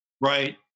right